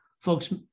folks